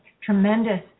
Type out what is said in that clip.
tremendous